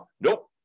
Nope